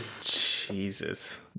Jesus